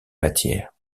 matières